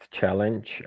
challenge